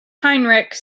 heinrich